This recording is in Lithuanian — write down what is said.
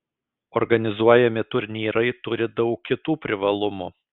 organizuojami turnyrai turi daug kitų privalumų